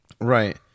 Right